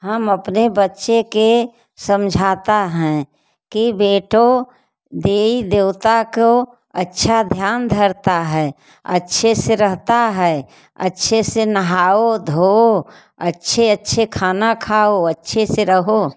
हम अपने बच्चे के समझाता हैं कि बेटों देवी देवता को अच्छा ध्यान धरता है अच्छे से रहता है अच्छे से नहाओ धोओ अच्छे अच्छे खाना खाओ अच्छे से रहो